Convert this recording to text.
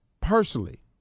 personally